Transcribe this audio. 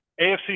AFC